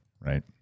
right